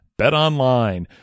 BetOnline